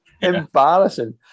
Embarrassing